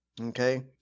Okay